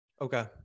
Okay